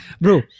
bro